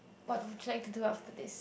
but would you like to do after this